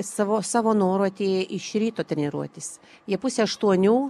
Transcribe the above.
savo savo noru atėję iš ryto treniruotis jie pusę aštuonių